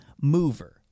mover